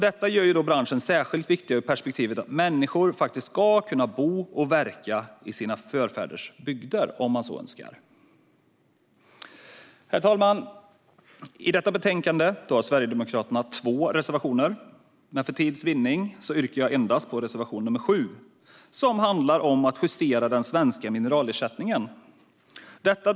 Detta gör branschen särskilt viktig ur perspektivet att människor ska kunna bo och verka i sina förfäders bygder om de så önskar. Herr talman! I detta betänkande har Sverigedemokraterna två reservationer. För tids vinnande yrkar jag bifall endast till reservation nr 7, som handlar om att justera den svenska mineralersättningen.